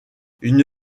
une